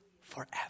forever